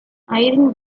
irene